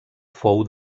fou